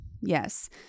yes